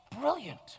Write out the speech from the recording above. Brilliant